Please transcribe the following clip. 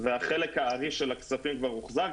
והחלק הארי של הכספים כבר הוחזר.